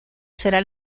será